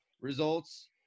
results